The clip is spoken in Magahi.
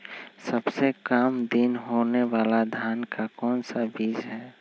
सबसे काम दिन होने वाला धान का कौन सा बीज हैँ?